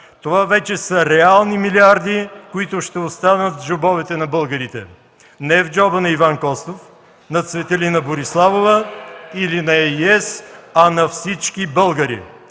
Това вече са реални милиарди, които ще останат в джобовете на българите, не в джоба на Иван Костов, на Цветелина Бориславова, или на „Ей и Ес”, а на всички българи.